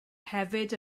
hefyd